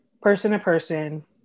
person-to-person